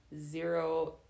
zero